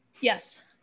yes